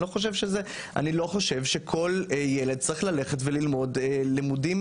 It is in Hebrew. אני לא חושב שכל ילד צריך ללכת וללמוד לימודים